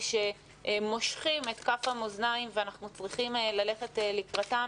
שמושכים את כף המאזניים ואנחנו צריכים ללכת לקראתם.